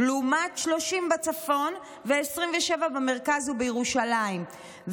לעומת 30 בצפון ו-27 במרכז ובירושלים.